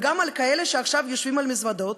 וגם של כאלה שעכשיו יושבים על מזוודות